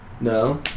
No